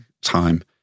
time